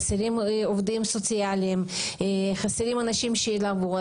גם חסרים עובדים סוציאליים וגם חסרים אנשי מקצוע שילוו.